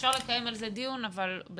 אפשר לקיים על זה דיון אבל בנפרד.